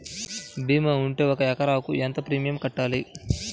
భీమా ఉంటే ఒక ఎకరాకు ఎంత ప్రీమియం కట్టాలి?